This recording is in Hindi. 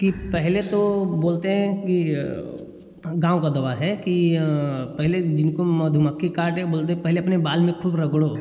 कि पहले तो बोलते हैं कि गाँव का दवा है कि पहले जिनको मधुमक्खी काटे बोलते पहले अपने बाल में खूब रगड़ो